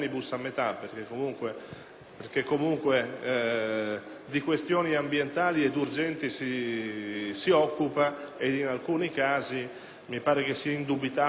perché comunque riguarda questioni ambientali ed urgenti ed in alcuni casi mi pare indubitabile la necessità di intervenire